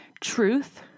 truth